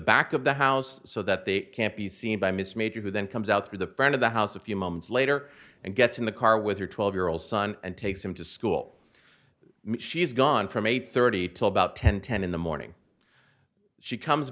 back of the house so that they can't be seen by miss major who then comes out through the front of the house a few moments later and gets in the car with her twelve year old son and takes him to school she's gone from eight thirty to about ten ten in the morning she comes